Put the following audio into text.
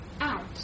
out